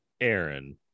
Aaron